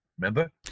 remember